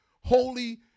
holy